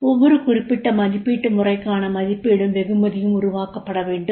ஒவ்வொரு குறிப்பிட்ட மதிப்பீட்டு முறைக்கான மதிப்பீடும் வெகுமதியும் உருவாக்கப்பட வேண்டும்